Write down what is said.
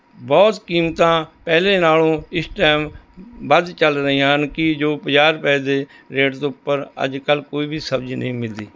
ਬਹੁਤ ਕੀਮਤਾਂ ਪਹਿਲੇ ਨਾਲੋਂ ਇਸ ਟਾਈਮ ਵੱਧ ਚੱਲ ਰਹੀਆਂ ਹਨ ਕਿ ਜੋ ਪੰਜਾਹ ਰੁਪਏ ਦੇ ਰੇਟ ਤੋਂ ਉੱਪਰ ਅੱਜ ਕੱਲ੍ਹ ਕੋਈ ਵੀ ਸਬਜ਼ੀ ਨਹੀਂ ਮਿਲਦੀ